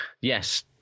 yes